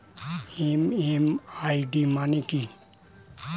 MMID মানে কি?